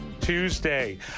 Tuesday